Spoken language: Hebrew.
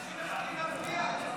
ארז, אנשים מחכים להצביע.